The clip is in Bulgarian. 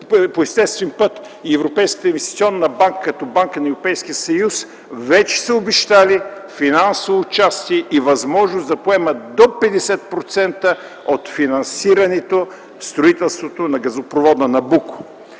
по естествен път и Европейската инвестиционна банка като банка на Европейския съюз, вече са обещали финансово участие и възможност да поемат до 50% от финансирането на строителството на газопровода „Набуко”.